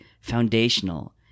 foundational